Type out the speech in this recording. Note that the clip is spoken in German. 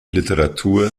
literatur